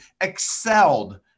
excelled